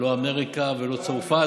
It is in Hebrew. לא אמריקה ולא צרפת,